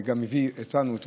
וגם הביא אותנו לפעול,